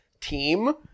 team